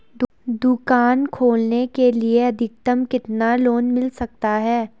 दुकान खोलने के लिए अधिकतम कितना लोन मिल सकता है?